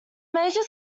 major